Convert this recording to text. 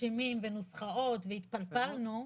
תרשימים ונוסחאות, והתפלפלנו,